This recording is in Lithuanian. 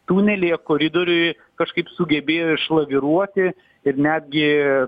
tunelyje koridoriuj kažkaip sugebėjo išlaviruoti ir netgi